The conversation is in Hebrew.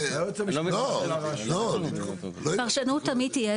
פרשנות תמיד תהיה.